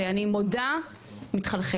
ואני מודה מתחלחלת.